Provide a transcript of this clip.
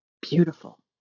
beautiful